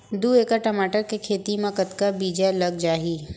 दू एकड़ टमाटर के खेती मा कतका बीजा लग जाही?